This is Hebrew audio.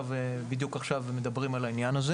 בדיוק עכשיו אנחנו מדברים על העניין הזה